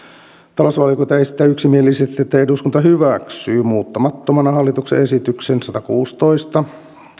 talousvaliokunta esittää yksimielisesti että eduskunta hyväksyy muuttamattomana hallituksen esitykseen satakuusitoista